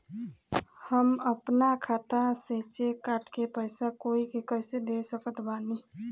हम अपना खाता से चेक काट के पैसा कोई के कैसे दे सकत बानी?